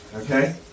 Okay